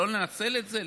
לא לנצל את זה?